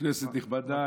כנסת נכבדה,